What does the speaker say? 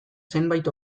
zenbait